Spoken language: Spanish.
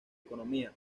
economía